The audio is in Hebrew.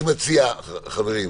חברים,